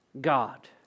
God